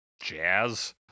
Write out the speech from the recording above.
jazz